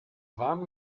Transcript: warmen